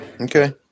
Okay